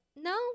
no